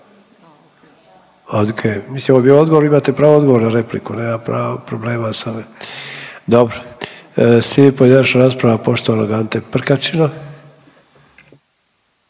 Okej, mislim, ovo je bio odgovor, imate pravo odgovor na repliku, nema pravo, problema sa… Dobro. Slijedi pojedinačna rasprava, poštovanog Ante Prkačina.